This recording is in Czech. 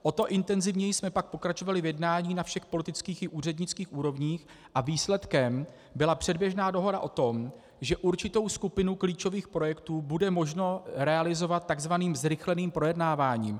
O to intenzivněji jsme pak pokračovali v jednání na všech politických i úřednických úrovních a výsledkem byla předběžná dohoda o tom, že určitou skupinu klíčových projektů bude možno realizovat takzvaným zrychleným projednáváním.